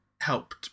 helped